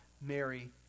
Mary